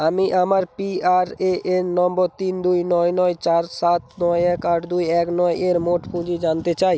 আমি আমার P R A N নম্বর তিন দুই নয় নয় চার সাত নয় এক আট দু এক নয় এর মোট পুঁজি জানতে চাই